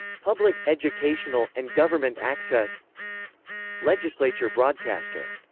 public, educational, and government access legislature broadcaster